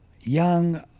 young